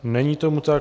Není tomu tak.